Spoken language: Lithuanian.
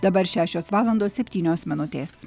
dabar šešios valandos septynios minutės